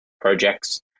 projects